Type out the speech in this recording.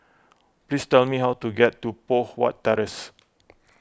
please tell me how to get to Poh Huat Terrace